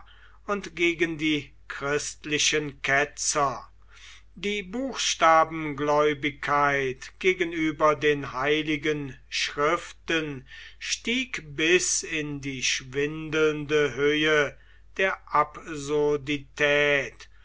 und gegen die christlichen ketzer die buchstabengläubigkeit gegenüber den heiligen schriften stieg bis in die schwindelnde höhe der